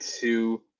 two